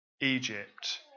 egypt